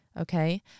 Okay